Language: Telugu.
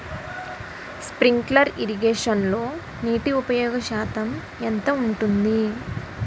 స్ప్రింక్లర్ ఇరగేషన్లో నీటి ఉపయోగ శాతం ఎంత ఉంటుంది?